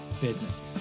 business